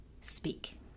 speak